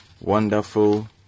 wonderful